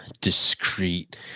discreet